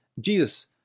Jesus